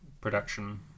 production